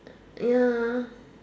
ya